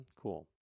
Cool